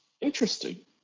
Interesting